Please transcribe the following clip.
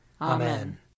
Amen